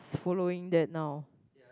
following that now